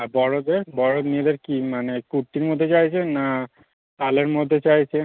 আর বড়োদের বড়ো মেয়েদের কী মানে কুর্তির মধ্যে চাইছেন না শালের মধ্যে চাইছে